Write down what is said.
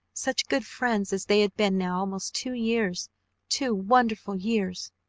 such good friends as they had been now almost two years two wonderful years!